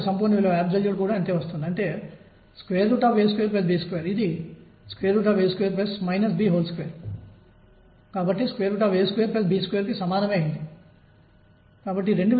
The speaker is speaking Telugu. మరియు విల్సన్ సోమెర్ఫెల్డ్ నిబంధన ప్రకారం ఇది n h కి సమానంగా ఉండాలి